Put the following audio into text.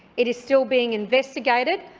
it is still being investigated.